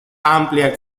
amplia